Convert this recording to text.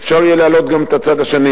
יהיה אפשר להעלות גם את הצד השני,